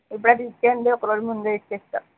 ఇప్పుడే తెచ్చేయండి ఒకరోజు ముందే ఇచ్చేస్తా